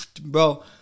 bro